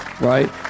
right